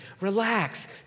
Relax